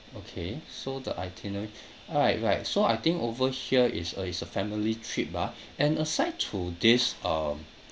okay so the itinerary right right so I think over here is a is a family trip ah and aside to this um